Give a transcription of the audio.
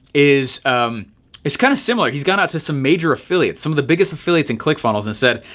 is it's kind of similar he's gone out to some major affiliate some of the biggest affiliates and clickfunnels and said,